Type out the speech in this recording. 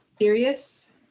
serious